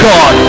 God